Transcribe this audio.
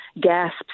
gasps